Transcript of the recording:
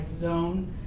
zone